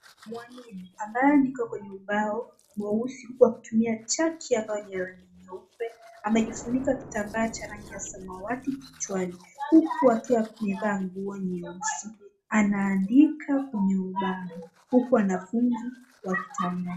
Mwalimu anayeandika kwa ubao mweusi kwa kutumia chaki ya rangi ya nyeupe, amejifunika kitambaa cha rangi ya samawati kichwani huku akiwa amevaa nguo nyeusi. Anaandika kwenye ubao huku wanafunzi wakitanga.